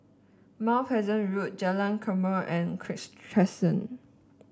Mount Pleasant Road Jalan Lakum and Kirk Terrace